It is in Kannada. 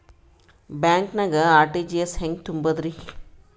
ಬ್ಯಾಂಕ್ದಾಗ ಆರ್.ಟಿ.ಜಿ.ಎಸ್ ಹೆಂಗ್ ತುಂಬಧ್ರಿ?